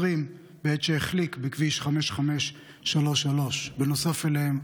בעת שהחליק בכביש 5533. נוסף עליהם,